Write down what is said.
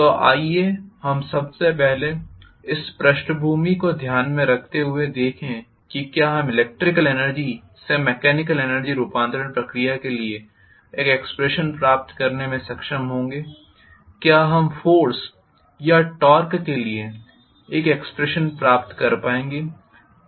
तो आइए हम सबसे पहले इस पृष्ठभूमि को ध्यान में रखते हुए देखें कि क्या हम इलेक्ट्रिकल एनर्जी से मेकेनिकल एनर्जी रूपांतरण प्रक्रिया के लिए एक एक्सप्रेशन प्राप्त करने में सक्षम होंगे क्या हम फोर्स या टॉर्क के लिए एक एक्सप्रेशन प्राप्त कर पाएंगे